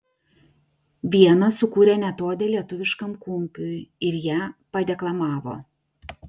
vienas sukūrė net odę lietuviškam kumpiui ir ją padeklamavo